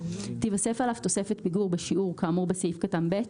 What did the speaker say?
תיווסף עליו תוספת פיגור בשיעור כאמור בסעיף קטן (ב)